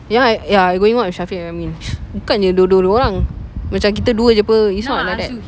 ya ya I going out with syafiq and amin bukannya dua-dua orang macam kita dua jer [pe] it's not like that